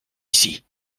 ici